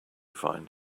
find